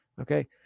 Okay